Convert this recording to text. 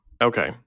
Okay